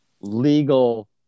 legal